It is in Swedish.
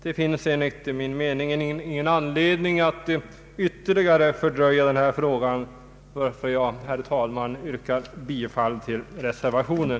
Det finns enligt min mening ingen anledning att ytterligare fördröja denna fråga, varför jag, herr talman, yrkar bifall till reservationen.